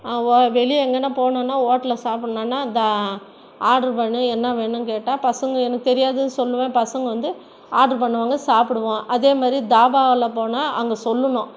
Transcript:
ஓ வெளியே எங்கனா போனோம்னா ஹோட்டல்ல சாப்பிட்ணுன்னா த ஆர்டர் பண்ண என்ன வேணும் கேட்டால் பசங்கள் எனக்கு தெரியாதுனு சொல்லுவேன் பசங்கள் வந்து ஆர்டர் பண்ணுவாங்கள் சாப்பிடுவோம் அதேமாதிரி தாபாவில் போனால் அங்கே சொல்லணும்